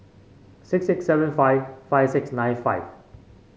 six eight seven five five six nine five